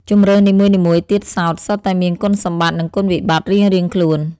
ជម្រើសនីមួយៗទៀតសោតសុទ្ធតែមានគុណសម្បត្តិ និងគុណវិបត្តិរៀងៗខ្លួន។